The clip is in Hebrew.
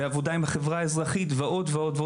עבודה עם החברה האזרחית ועוד ועוד.